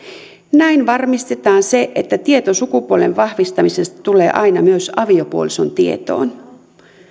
näin varmistetaan se että tieto sukupuolen vahvistamisesta tulee aina myös aviopuolison tietoon